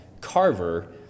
carver